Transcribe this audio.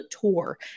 tour